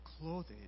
clothed